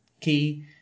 key